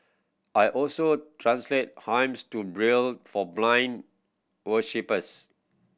I also translate hymns to Braille for blind worshippers